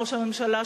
ראש הממשלה,